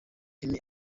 emmy